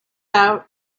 out